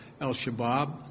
al-Shabaab